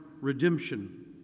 redemption